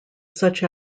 such